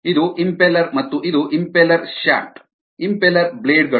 ಇದು ಇಂಪೆಲ್ಲೆರ್ ಮತ್ತು ಇದು ಇಂಪೆಲ್ಲರ್ ಶಾಫ್ಟ್ ಇಂಪೆಲ್ಲರ್ ಬ್ಲೇಡ್ಗಳು